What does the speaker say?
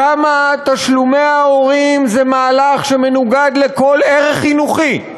כמה תשלומי ההורים זה מהלך שמנוגד לכל ערך חינוכי.